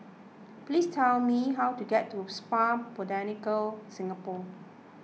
please tell me how to get to a Spa Botanica Singapore